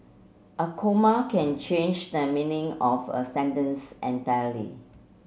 a comma can change the meaning of a sentence entirely